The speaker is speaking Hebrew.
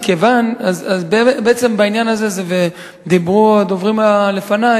בעצם בעניין הזה דיברו הדוברים לפני,